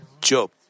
Job